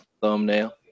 thumbnail